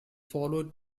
followed